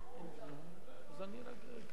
חברת הכנסת מרינה סולודקין,